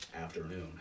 afternoon